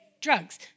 drugs